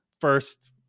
first